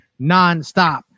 nonstop